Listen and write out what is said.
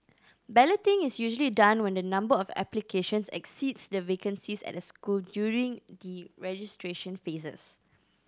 balloting is usually done when the number of applications exceeds the vacancies at a school during the registration phases